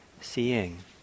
seeing